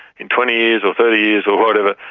in twenty years or thirty years or whatever,